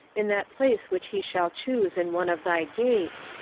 in that place which he shall choose in one of thy gates,